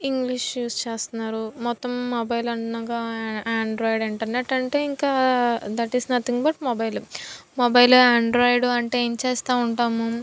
English use చేస్తున్నారు మొత్తం mobile అనగా యాండ్రాయిడ్ ఇంటర్నెట్ అంటే ఇంకా that is nothing but mobile mobile android అంటే ఏం చేస్తూ ఉంటాము